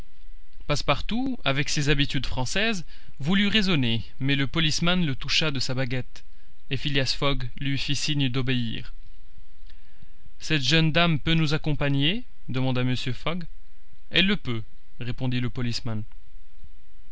passepartout avec ses habitudes françaises voulut raisonner mais le policeman le toucha de sa baguette et phileas fogg lui fit signe d'obéir cette jeune dame peut nous accompagner demanda mr fogg elle le peut répondit le